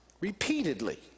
repeatedly